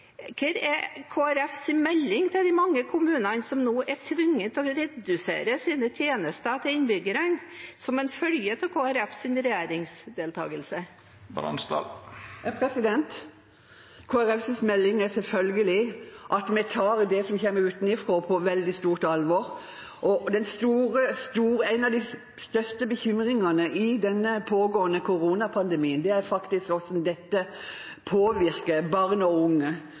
er Kristelig Folkepartis melding til de mange kommunene som nå er tvunget til å redusere sine tjenester til innbyggerne som en følge av Kristelig Folkepartis regjeringsdeltakelse? Kristelig Folkepartis melding er selvfølgelig at vi tar det som kommer utenfra, på veldig stort alvor. En av de største bekymringene i denne pågående koronapandemien er faktisk hvordan dette påvirker barn og unge,